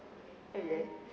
okay